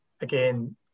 again